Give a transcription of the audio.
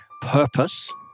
purpose